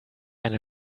eine